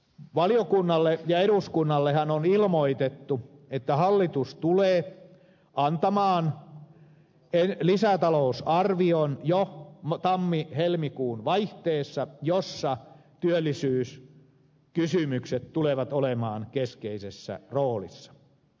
valiokunnalle ja eduskunnallehan on ilmoitettu että hallitus tulee antamaan jo tammihelmikuun vaihteessa lisätalousarvion jossa työllisyyskysymykset tulevat olemaan keskeisessä roolissa